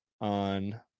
on